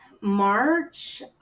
March